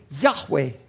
Yahweh